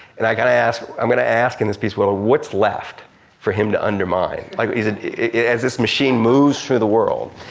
and i got to ask, i'm gonna ask him this piece, well what's left for him to undermine? like is it, as this machine moves through the world,